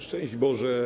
Szczęść Boże!